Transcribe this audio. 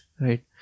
right